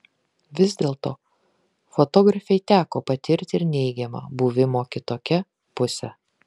vis dėlto fotografei teko patirti ir neigiamą buvimo kitokia pusę